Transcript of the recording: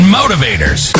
motivators